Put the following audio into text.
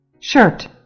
Shirt